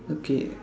okay